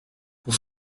pour